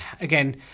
again